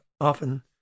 often